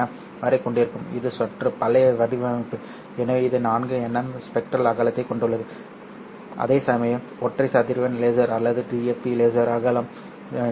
M வரை கொண்டிருக்கும் இது சற்று பழைய வடிவமைப்பு எனவே இது 4nm ஸ்பெக்ட்ரல் அகலத்தைக் கொண்டுள்ளது whereas அதே சமயம் ஒற்றை அதிர்வெண் லேசர் அல்லது DFP லேசர் அகலம் 0